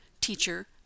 teacher